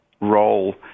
role